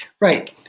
Right